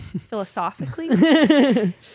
Philosophically